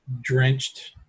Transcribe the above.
drenched